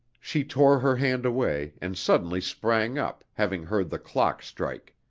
she tore her hand away and suddenly sprang up, having heard the clock strike.